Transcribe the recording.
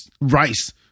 rice